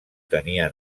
tenia